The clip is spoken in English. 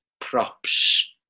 props